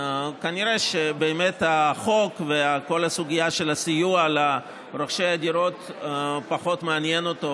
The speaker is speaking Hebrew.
כנראה החוק וכל הסוגיה של הסיוע לרוכשי הדירות פחות מעניינים אותו,